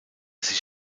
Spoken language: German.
sich